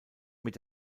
mit